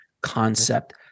concept